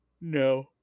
No